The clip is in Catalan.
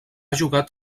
jugat